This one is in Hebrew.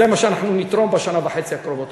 זה מה שאנחנו נתרום בשנה וחצי הקרובות,